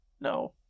no